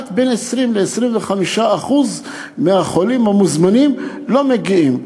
בין 20% ל-25% מהחולים המוזמנים לא מגיעים.